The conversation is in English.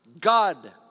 God